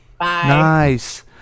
Nice